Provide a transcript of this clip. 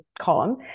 column